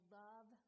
love